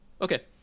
Okay